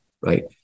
right